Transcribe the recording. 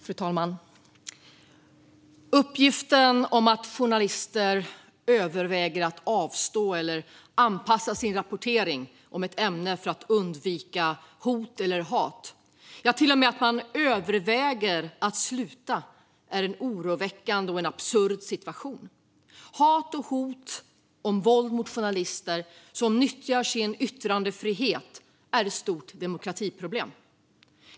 Fru talman! Uppgifterna om att journalister överväger att avstå från eller anpassa sin rapportering om ett ämne för att undvika hot eller hat och till och med överväger att sluta är oroväckande och visar på en absurd situation. Hat och hot om våld mot journalister som nyttjar sin yttrandefrihet är ett stort demokratiproblem.